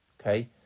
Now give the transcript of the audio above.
Okay